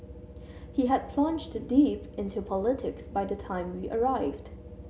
he had plunged deep into politics by the time we arrived